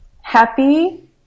Happy